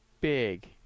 big